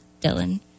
dylan